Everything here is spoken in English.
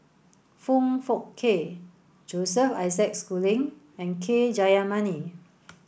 Foong Fook Kay Joseph Isaac Schooling and K Jayamani